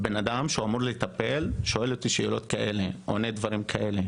שאדם שאמור לטפל שואל אותי שאלות מסוימות ועונה תשובות מסוימות.